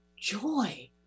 joy